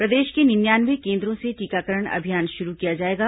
प्रदेश के निन्यानवे केन्द्रों से टीकाकरण अभियान शुरू किया जाएगा